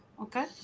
okay